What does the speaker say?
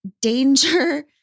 danger